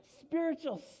spiritual